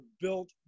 built